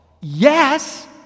Yes